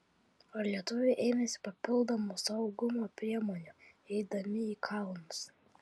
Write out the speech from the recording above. ar lietuviai ėmėsi papildomų saugumo priemonių eidami į kalnus